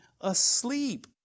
asleep